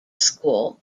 school